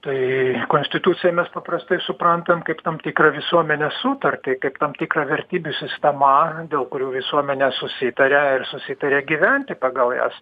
tai konstituciją mes paprastai suprantam kaip tam tikrą visuomenės sutartį kaip tam tikrą vertybių sistemą dėl kurių visuomenė susitarė ir susitarė gyventi pagal jas